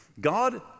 God